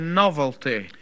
novelty